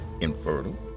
infertile